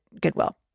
Goodwill